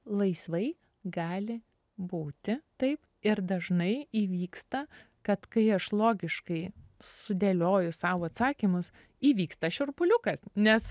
laisvai gali būti taip ir dažnai įvyksta kad kai aš logiškai sudėlioju sau atsakymus įvyksta šiurpuliukas nes